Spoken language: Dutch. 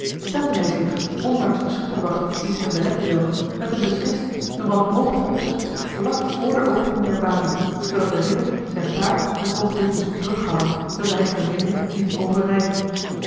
stelde hij zich ondanks de schutterwacht die het hem beletten wilde met een beslist een wanhopig opzet vlak vr de opening der balie zoodat de ridder zijn paard een oogenblik moest terughouden wilde hij den vermetele niet overrijden